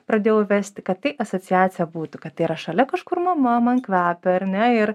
pradėjau vesti kad tai asociacija būtų kad tai yra šalia kažkur mama man kvepia ar ne ir